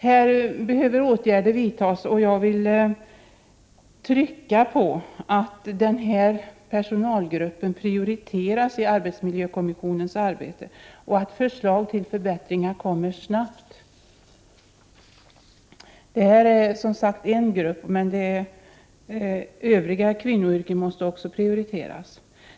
Här dT behöver åtgärder vidtas, och jag vill betona att det är viktigt att denna personalgrupp prioriteras i arbetsmiljökommissionens arbete och att förslag till förbättringar kommer snabbt. Detta är som sagt en grupp. Övriga kvinnoyrken måste också prioriteras.